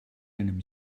einem